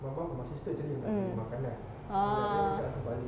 mm